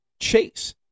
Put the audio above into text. chase